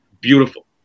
beautiful